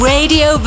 Radio